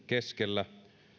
keskellä